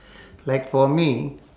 like for me